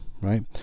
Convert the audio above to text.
right